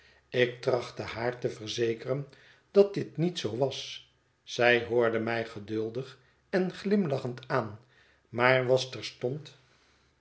ik trachtte haar te verzekeren dat dit niet zoo was zij hoorde mij geduldig en glimlachend aan maar was terstond